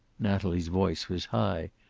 natalie's voice was high.